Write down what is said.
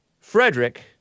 Frederick